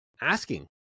Asking